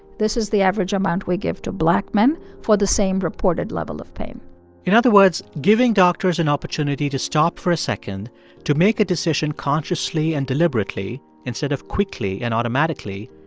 this is the average amount we give to black men for the same reported level of pain in other words, giving doctors an and opportunity to stop for a second to make a decision consciously and deliberately instead of quickly and automatically.